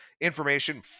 Information